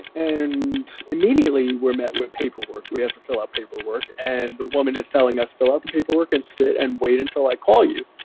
and immediately we're met with paperwork. we have to fill out paperwork. and the woman is telling us, fill out the paperwork, and sit, and wait until i call you.